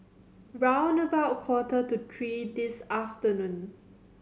round about quarter to three this afternoon